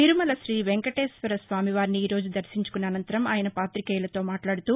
తిరుమల రీవేంకటేశ్వర స్వామిని ఈ రోజు దర్శించుకున్న అనంతరం ఆయన పాతికేయులతో మాట్లాడుతూ